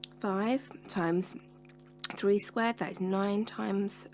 five times three squared that nine times